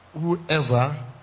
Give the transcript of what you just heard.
whoever